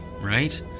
right